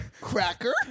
Cracker